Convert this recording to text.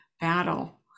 battle